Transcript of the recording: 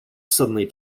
suddenly